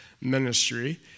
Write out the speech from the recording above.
ministry